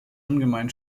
ungemein